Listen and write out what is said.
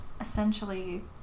essentially